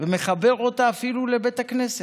ומחבר אותה אפילו לבית הכנסת.